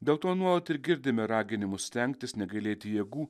dėl to nuolat ir girdime raginimus stengtis negailėti jėgų